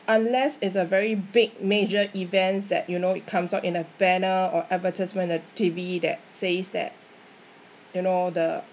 unless it's a very big major events that you know it comes out in a banner or advertisement on T_V that says that you know the